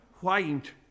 White